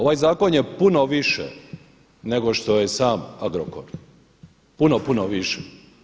Ovaj zakon je puno više nego što je sam Agrokor, puno, puno više.